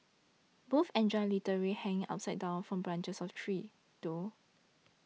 both enjoy literally hanging upside down from branches of trees though